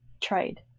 trade